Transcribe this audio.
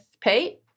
Pete